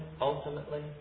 ultimately